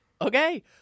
Okay